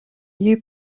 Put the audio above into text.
new